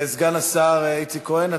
סגן השר איציק כהן,